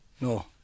No